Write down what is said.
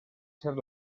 ser